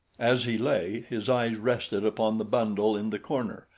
as he lay, his eyes rested upon the bundle in the corner,